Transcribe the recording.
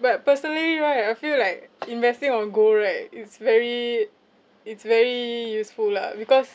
but personally right I feel like investing on gold right it's very it's very useful lah because